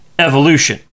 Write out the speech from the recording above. evolution